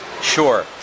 Sure